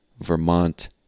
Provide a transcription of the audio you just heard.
Vermont